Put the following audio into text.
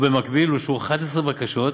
ובמקביל אושרו 11 בקשות